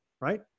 right